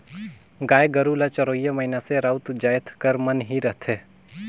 गाय गरू ल चरोइया मइनसे राउत जाएत कर मन ही रहथें